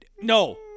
No